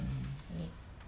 mm